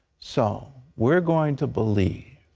so we're going to believe.